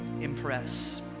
impress